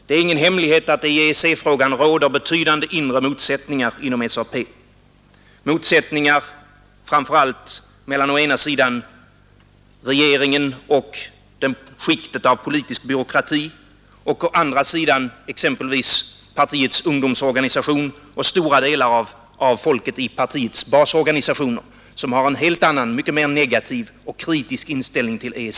Det är ingen hemlighet att det i EEC-frågan råder betydande inre motsättningar inom SAP, framför allt mellan å ena sidan regeringen och skiktet av politisk byråkrati och å andra sidan exempelvis partiets ungdomsorganisation och stora delar av folket i partiets basorganisationer, som har en helt annan, mycket mera negativ och kritisk inställning till EEC.